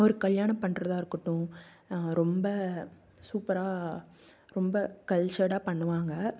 ஒரு கல்யாணம் பண்ணுறதா இருக்கட்டும் ரொம்ப சூப்பராக ரொம்ப கல்ச்சர்டா பண்ணுவாங்க